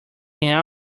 can